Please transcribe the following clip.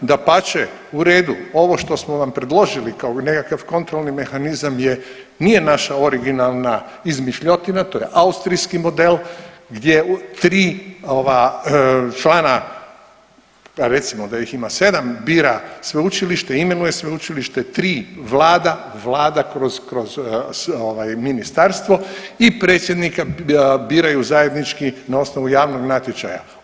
Dapače, u redu, ovo što smo vam predložili kao nekakav kontrolni mehanizam je, nije naša originalna izmišljotina, to je austrijski model gdje 3 ova člana, recimo da ih ima 7, bira sveučilište, imenuje sveučilište, 3 Vlada, Vlada kroz ovaj Ministarstvo i predsjednika biraju zajednički na osnovu javnog natječaja.